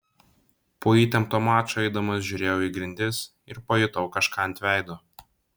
po įtempto mačo eidamas žiūrėjau į grindis ir pajutau kažką ant veido